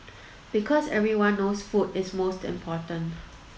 because everyone knows food is most important